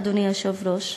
אדוני היושב-ראש?